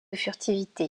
furtivité